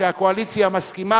שהקואליציה מסכימה,